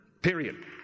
Period